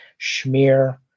schmear